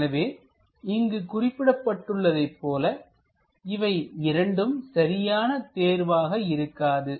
எனவே இங்கு குறிப்பிட்டுள்ளதை போல இவை இரண்டும் சரியான தேர்வாக இருக்காது